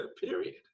Period